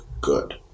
good